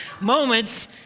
moments